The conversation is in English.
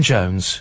Jones